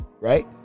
Right